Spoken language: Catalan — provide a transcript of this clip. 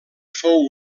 fou